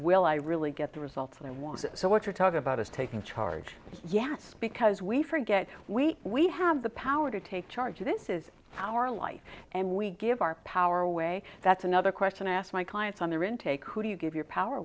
will i really get the results i want so what you're talking about is taking charge yes because we forget we we have the power to take charge this is our life and we give our power away that's another question i asked my clients on their intake who do you give your power